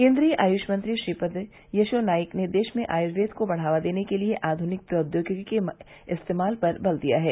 केन्द्रीय आयुष मंत्री श्रीपद यसो नाइक ने देश में आयुर्वेद को बढ़ावा देने के लिए आघुनिक प्रौद्योगिकी के इस्तेमाल पर बल दिया है